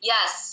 Yes